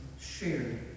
shared